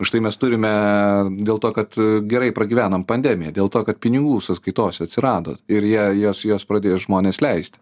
užtai mes turime dėl to kad gerai pragyvenom pandemiją dėl to kad pinigų sąskaitose atsirado ir jie juos juos pradėjo žmonės leisti